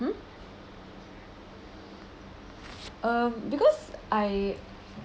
mm um because I